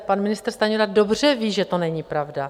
pan ministr Stanjura dobře ví, že to není pravda.